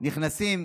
נכנסו,